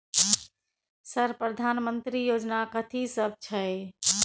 Sir प्रधानमंत्री योजना कथि सब छै?